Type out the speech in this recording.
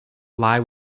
lie